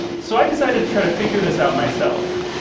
so i decided to try to figure this out myself.